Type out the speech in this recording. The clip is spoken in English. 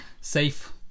safe